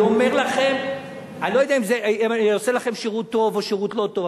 אני אומר לכם: אני לא יודע אם אני עושה לכם שירות טוב או שירות לא טוב,